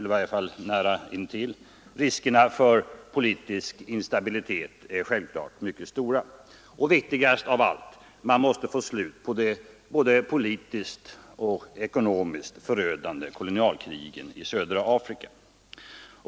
Riskerna för politisk instabilitet är självfallet mycket stora. Och viktigast av allt: man måste få slut på de både politiskt och ekonomiskt förödande kolonialkrigen i södra Afrika.